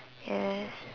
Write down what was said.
yes